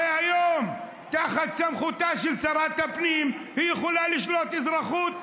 הרי היום בסמכותה של שרת הפנים לשלול אזרחות.